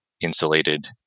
insulated